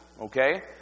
okay